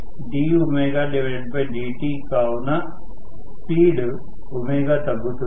Te TLJddtకావున speed ω తగ్గుతుంది